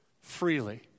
freely